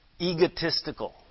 egotistical